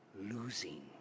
Losing